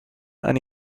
and